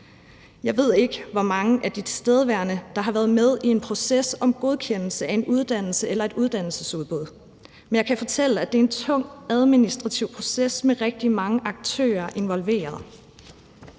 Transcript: Jeg ved ikke, hvor mange af de tilstedeværende, der har været med i en proces om godkendelse af en uddannelse eller et uddannelsesudbud, men jeg kan fortælle, at det er en tung administrativ proces med rigtig mange aktører involveret.